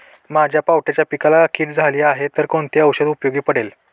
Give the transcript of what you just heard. माझ्या पावट्याच्या पिकाला कीड झाली आहे तर कोणते औषध उपयोगी पडेल?